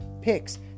picks